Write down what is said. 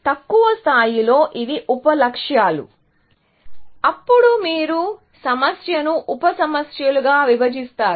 తక్కువ స్థాయిలో ఇవి ఉప లక్ష్యాలు అప్పుడు మీరు సమస్యను ఉప సమస్యలుగా విభజిస్తారు